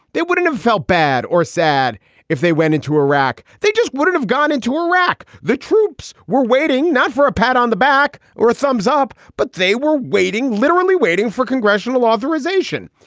they wouldn't have felt bad or sad if they went into iraq. they just wouldn't have gone into iraq. the troops were waiting not for a pat on the back or a thumbs up, but they were waiting, literally waiting for congressional authorization.